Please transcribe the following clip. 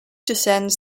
descends